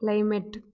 climate